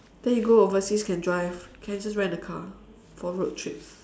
then you go overseas can drive can just rent a car for road trips